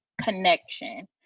connection